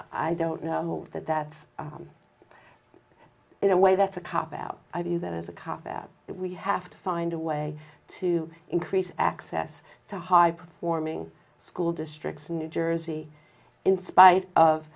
i don't know that that's one in a way that's a cop out i view that as a cop out that we have to find a way to increase access to high performing school districts in new jersey in spite of